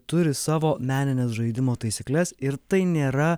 turi savo menines žaidimo taisykles ir tai nėra